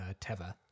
teva